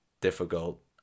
difficult